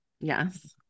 yes